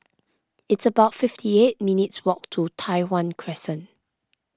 it's about fifty eight minutes' walk to Tai Hwan Crescent